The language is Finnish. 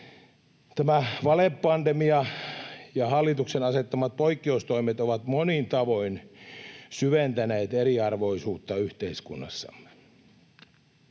Tämä valepandemia ja hallituksen asettamat poikkeustoimet ovat monin tavoin syventäneet eriarvoisuutta yhteiskunnassamme.